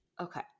Okay